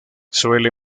suele